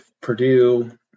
Purdue